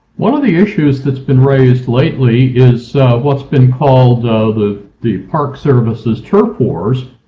one of the issues that's been raised lately is what's been called ah the the park service's turf wars,